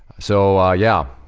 so, ah yeah,